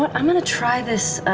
but i'm going to try this